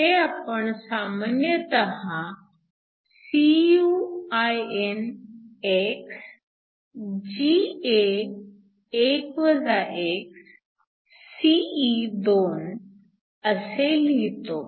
ते आपण सामान्यतः Cuinx Ga1 x Se2 असे लिहितो